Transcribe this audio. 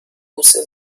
بوسه